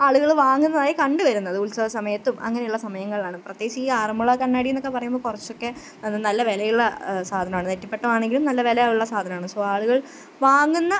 ആളുകൾ വാങ്ങുന്നതായി കണ്ടുവരുന്നത് ഉത്സവ സമയത്തും അങ്ങനെയുള്ള സമയങ്ങളിലാണ് പ്രത്യേകിച്ച് ഈ ആറന്മുള കണ്ണാടിയെന്നൊക്കെ പറയുമ്പം കുറച്ചൊക്കെ നല്ല വിലയുള്ള സാധനമാണ് നെറ്റിപ്പട്ടമാണെങ്കിലും നല്ല വിലയുള്ള സാധനമാണ് സൊ ആളുകൾ വാങ്ങുന്ന